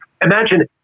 Imagine